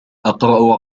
أقرأ